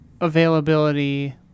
availability